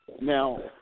Now